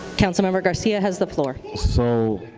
councilmember garcia has the floor. so